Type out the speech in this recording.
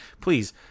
please